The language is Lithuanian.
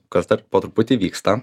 kas dar po truputį vyksta